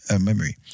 memory